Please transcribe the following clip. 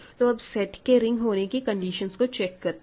तो अब सेट के रिंग होने की कंडीशंस को चेक करते हैं